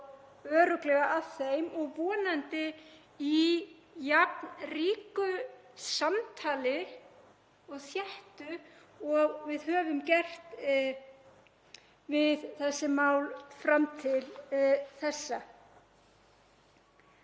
og örugglega að þeim og vonandi í jafn ríku samtali og þéttu og við höfum gert við þessi mál fram til þessa.